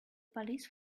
police